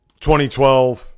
2012